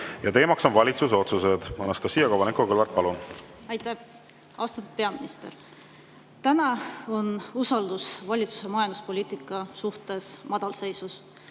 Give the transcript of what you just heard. ja teemaks on valitsuse otsused. Anastassia Kovalenko-Kõlvart, palun! Aitäh! Austatud peaminister! Täna on usaldus valitsuse majanduspoliitika vastu madalseisus.